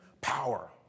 power